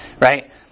right